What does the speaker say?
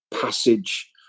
passage